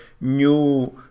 new